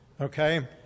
Okay